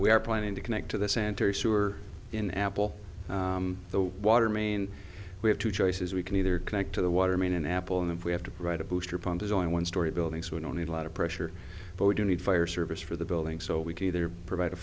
we are planning to connect to the center sewer in apple the water main we have two choices we can either connect to the water main in apple and if we have to write a booster pump is only one story building so we don't need a lot of pressure but we do need fire service for the building so we can either provide a